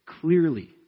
clearly